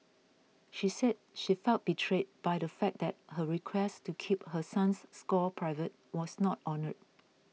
she said she felt betrayed by the fact that her request to keep her son's score private was not honoured